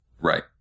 Right